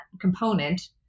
component